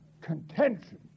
contention